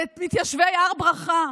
ואת מתיישבי הר ברכה.